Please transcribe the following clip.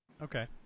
Okay